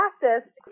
practice